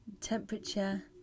temperature